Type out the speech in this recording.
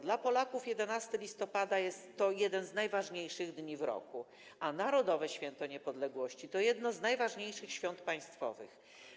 Dla Polaków 11 listopada jest to jeden z najważniejszych dni w roku, a Narodowe Święto Niepodległości to jedno z najważniejszych świąt państwowych.